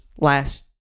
last